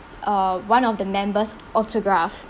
uh one of the members' autograph